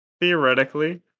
Theoretically